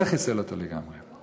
זה חיסל אותו לגמרי.